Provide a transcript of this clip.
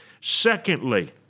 Secondly